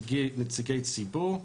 נציגי הציבור.